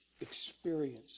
experience